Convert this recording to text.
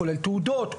כולל תעודות,